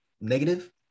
negative